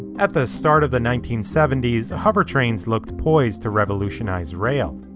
at the start of the nineteen seventy s, hovertrains looked poised to revolutionize rail.